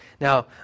Now